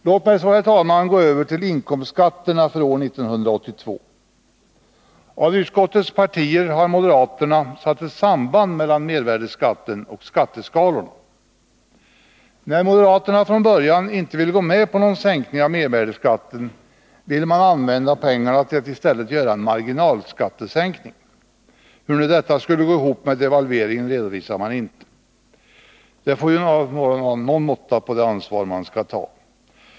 Låt mig så, herr talman, gå över till inkomstskatterna för 1982. Av utskottets partier har moderaterna satt ett samband mellan mervärdeskatten och skatteskalorna. När moderaterna från början inte ville gå med på någon sänkning av mervärdeskatten, ville man i stället använda pengarna till att göra en marginalskattesänkning. Hur detta skulle gå ihop med devalveringen redovisade man inte. Det får ju vara någon måtta med det ansvar man skall ta.